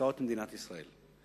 לקרקעות מדינת ישראל.